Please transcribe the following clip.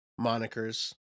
monikers